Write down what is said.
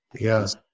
Yes